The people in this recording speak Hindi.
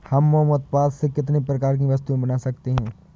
हम मोम उत्पाद से कितने प्रकार की वस्तुएं बना सकते हैं?